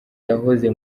yahoze